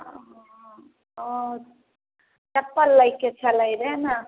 हँ अच्छा चप्पल लयके छलै रेन हा